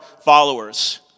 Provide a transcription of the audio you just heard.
followers